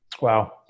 Wow